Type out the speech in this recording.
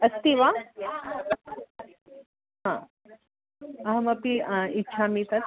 अस्ति वा हा अहमपि इच्छामि तत्